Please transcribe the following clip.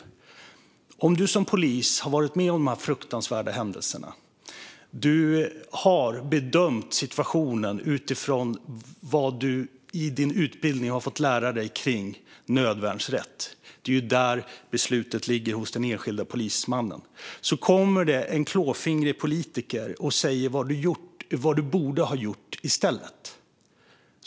Tänk då att du som polis har varit med om dessa fruktansvärda händelser och har bedömt situationen utifrån vad du i din utbildning har fått lära dig kring nödvärnsrätt, eftersom det beslutet ju ligger hos den enskilda polismannen, och så kommer det en klåfingrig politiker och säger vad du borde ha gjort i stället!